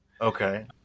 Okay